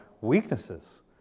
weaknesses